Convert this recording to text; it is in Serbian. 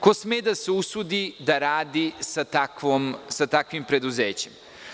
Ko sme da se usudi da radi sa takvim preduzećem?